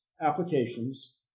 applications